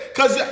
Cause